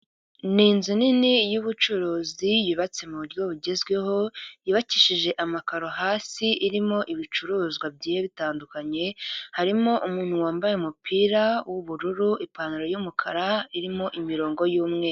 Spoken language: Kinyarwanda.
Ni inzu nini y'ubucuruzi yubatse mu buryo bugezweho, yubakishije amakaro hasi, irimo ibicuruzwa bigiye bitandukanye, harimo umuntu wambaye umupira w'ubururu, ipantaro y'umukara irimo imirongo y'umweru.